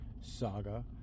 saga